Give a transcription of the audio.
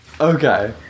Okay